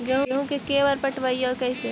गेहूं के बार पटैबए और कैसे?